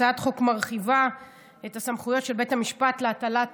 הצעת החוק מרחיבה את הסמכויות של בית המשפט להטלת